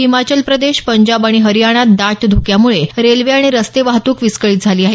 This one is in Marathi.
हिमाचल प्रदेश पंजाब आणि हरियाणात दाट ध्क्याम्ळे रेल्वे आणि रस्ते वाहतूक विस्कळीत झाली आहे